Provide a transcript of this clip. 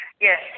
Yes